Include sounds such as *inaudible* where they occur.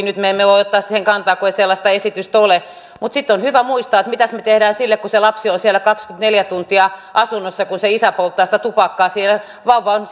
*unintelligible* nyt me emme voi ottaa siihen kantaa kun ei sellaista esitystä ole mutta sitten on hyvä muistaa että mitäs me teemme sille kun se lapsi on kaksikymmentäneljä tuntia siellä asunnossa kun se isä polttaa sitä tupakkaa siellä vauvan *unintelligible*